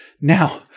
Now